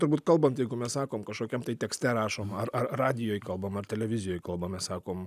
turbūt kalbant jeigu mes sakom kažkokiam tai tekste rašom ar ar radijoj kalbam ar televizijoj kalbamės sakom